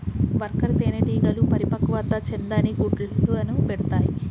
worker తేనెటీగలు పరిపక్వత చెందని గుడ్లను పెడతాయి